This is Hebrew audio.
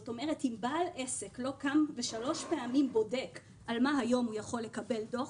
אם בעל עסק לא קם ושלוש פעמים בודק על מה היום הוא יכול לקבל דוח,